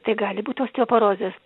tai gali būti osteoporozės